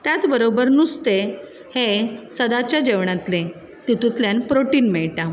त्याचबरोबर नुस्तें हें सदाच्या जेवणातलें तितूंतल्यान प्राॅटिन मेळटा